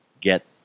get